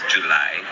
July